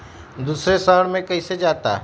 दूसरे शहर मे कैसे जाता?